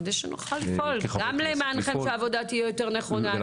כדי שנוכל לפעול גם למענכם כדי שהעבודה תהיה יותר נכונה,